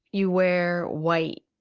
you wear white,